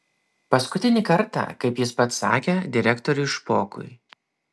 paskutinį kartą kaip jis pats sakė direktoriui špokui